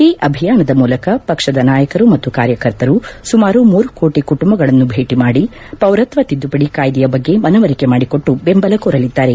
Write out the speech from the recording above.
ಈ ಅಭಿಯಾನದ ಮೂಲಕ ಪಕ್ಷದ ನಾಯಕರು ಮತ್ತು ಕಾರ್ಯಕರ್ತರು ಸುಮಾರು ಮೂರು ಕೋಟಿ ಕುಟುಂಬಗಳನ್ನು ಭೇಟಿ ಮಾಡಿ ಪೌರತ್ವ ತಿದ್ದುಪಡಿ ಕಾಯ್ದೆಯ ಬಗ್ಗೆ ಮನವರಿಕೆ ಮಾಡಿಕೊಟ್ಟು ಬೆಂಬಲ ಕೋರಲಿದ್ದಾರೆ